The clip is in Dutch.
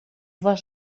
was